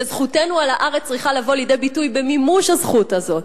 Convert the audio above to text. שזכותנו על הארץ צריכה לבוא לידי ביטוי במימוש הזכות הזאת.